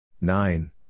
Nine